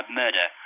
murder